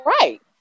Right